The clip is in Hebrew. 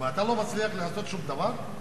ואתה לא מצליח לעשות שום דבר?